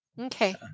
Okay